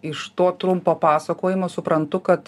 iš to trumpo pasakojimo suprantu kad